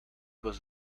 was